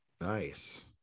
nice